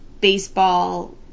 baseball